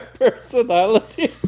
personality